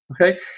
Okay